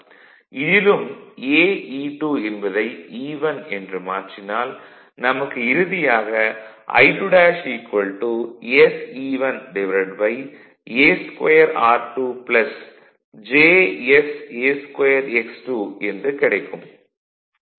இதிலும் aE2 என்பதை E1 என்று மாற்றினால் நமக்கு இறுதியாக I2' sE1 a2 r2 j s a2x 2 என்று கிடைக்கும்